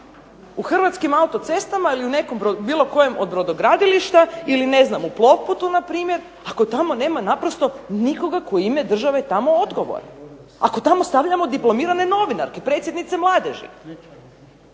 u HRvatskim autocestama ili u bilo kojem brodogradilištu ili ne znam u ... npr. ako tamo nema naprosto nikoga tko je u ime države tamo odgovoran, ako stavljamo tamo diplomirane novinarke predsjednice mladeži.